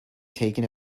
taken